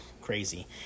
crazy